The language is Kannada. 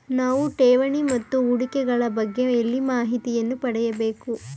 ನಾವು ಠೇವಣಿ ಮತ್ತು ಹೂಡಿಕೆ ಗಳ ಬಗ್ಗೆ ಎಲ್ಲಿ ಮಾಹಿತಿಯನ್ನು ಪಡೆಯಬೇಕು?